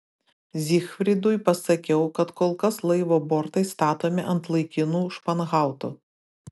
zygfridui pasakiau kad kol kas laivo bortai statomi ant laikinų španhautų